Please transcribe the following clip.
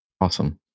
Awesome